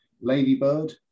Ladybird